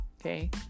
Okay